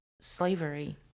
slavery